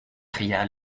cria